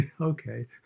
Okay